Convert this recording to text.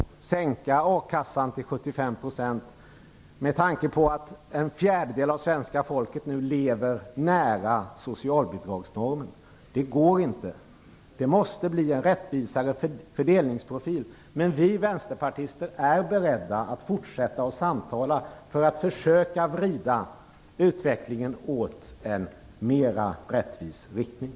Att sänka a-kassan till 75 % går inte med tanke på att en fjärdedel av svenska folket nu lever nära socialbidragsnormen. Det måste bli en rättvisare fördelningsprofil. Men vi vänsterpartister är beredda att fortsätta samtala för att försöka vrida utvecklingen i en mera rättvis riktning.